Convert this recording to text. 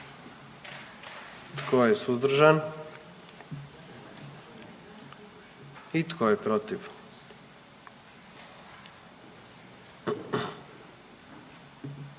Tko je suzdržan? I tko je protiv?